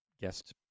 guest